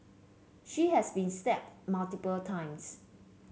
she has been stabbed multiple times